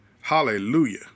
hallelujah